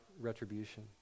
retribution